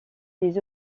des